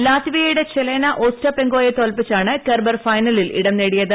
ലാറ്റ്വിയയുടെ Jelena ഓസ്റ്റാപെങ്കോയെ തോല്പിച്ചാണ് Kerber ഫൈനലിൽ ഇടം നേടിയത്